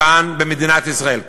כאן במדינת ישראל.